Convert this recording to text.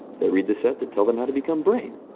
they read the set that tells them how to become brain.